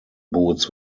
boots